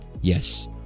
Yes